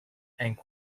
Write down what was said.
and